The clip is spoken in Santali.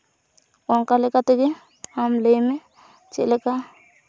ᱚᱱᱠᱟ ᱞᱮᱠᱟ ᱛᱮᱜᱮ ᱟᱢ ᱞᱟᱹᱭᱢᱮ ᱪᱮᱫ ᱞᱮᱠᱟ